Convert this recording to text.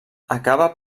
acaba